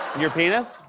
your penis?